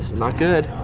not good.